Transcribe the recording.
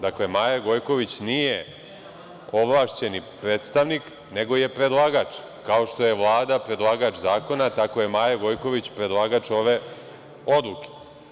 Dakle, Maja Gojković nije ovlašćeni predstavnik nego je predlagač, kao što je Vlada predlagač zakona, tako je Maja Gojković predlagač ove odluke.